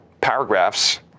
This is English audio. paragraphs